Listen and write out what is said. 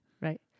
Right